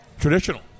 Traditional